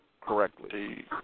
correctly